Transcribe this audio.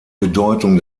bedeutung